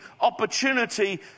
opportunity